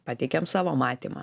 pateikėm savo matymą